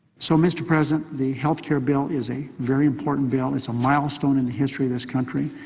so, mr. president, the health care bill is a very important bill, it's a milestone in the history of this country,